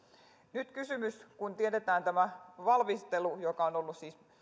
nyt kysymys kun tiedetään tämä valmistelu joka on ollut siis